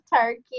turkey